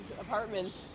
apartments